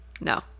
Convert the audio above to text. no